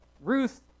Ruth